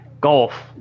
Golf